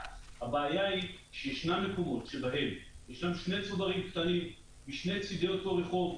הבעיה היא שיש מקומות שבהם יש שני צוברים קטנים בשני צדי אותו רחוב,